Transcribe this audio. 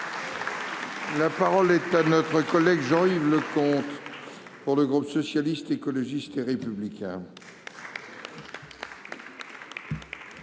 La parole est à M. Jean-Yves Leconte, pour le groupe Socialiste, Écologiste et Républicain.